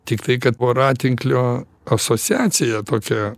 tiktai kad voratinklio asociacija tokia